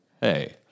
Hey